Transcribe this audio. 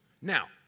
Now